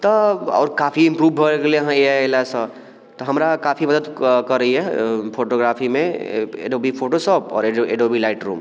तऽ आओर काफी इम्प्रूव भऽ गेलै हँ ए आइ अयलासँ तऽ हमरा काफी मदद कऽ करैया फोटोग्राफीमे ए एडोबी फोटो शॉप आओर एड एडोबी लाइट्रोम